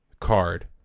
card